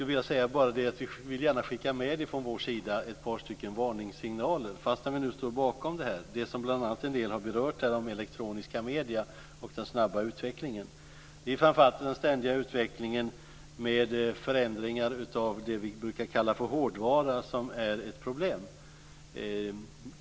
Vi vill gärna skicka med från vår sida ett par varningssignaler, fastän vi står bakom betänkandet, som gäller bl.a. det som en del har berört här om elektroniska medier och den snabba utvecklingen. Det är framför allt den ständiga utvecklingen med förändringar av det vi brukar kalla för hårdvara som är ett problem.